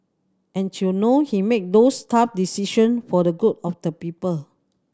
and you know he made those tough decision for the good of the people